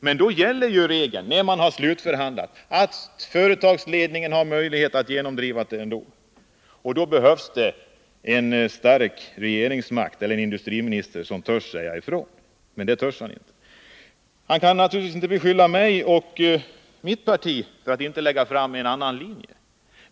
Men när man har slutförhandlat gäller ju Nr 57 den regeln, att företagsledningen har möjlighet att genomdriva vad den vill Tisdagen den ändå, och då behövs det en stark regeringsmakt och en stark industriminister, 18 december 1979 som törs säga ifrån. Men det törs inte industriminister Åsling. Industriministern kan naturligtvis inte beskylla mig och mitt parti för att Om utvecklingen inte ha lagt fram förslag till en annan linje.